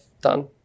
done